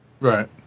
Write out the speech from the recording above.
Right